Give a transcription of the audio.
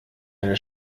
eine